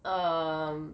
um